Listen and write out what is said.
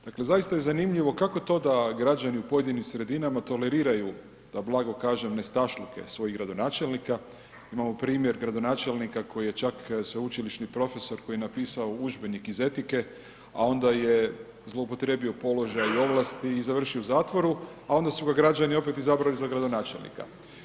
Dakle, zaista je zanimljivo kako to da građani u pojedinim sredinama, toleriraju, da blago kažem nestašluke svojih gradonačelnika, imamo primjer gradonačelnika, koji je čak sveučilišni profesor, koji je napisao udžbenik iz etike, a onda je zloupotrebio položaj i ovlasti i završio u zatvoru, a onda su ga građani opet izabrali za gradonačelnika.